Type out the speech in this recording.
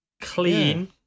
clean